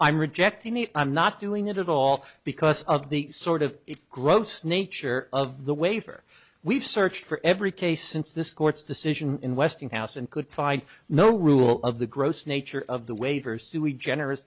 i'm rejecting the i'm not doing it at all because of the sort of it gross nature of the way for we've searched for every case since this court's decision in westinghouse and could find no rule of the gross nature of the waiver suey generous